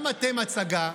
גם אתם הצגה.